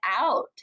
out